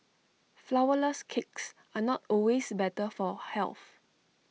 Flourless Cakes are not always better for health